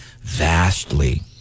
vastly